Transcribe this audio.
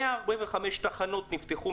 145 תחנות נפתחו,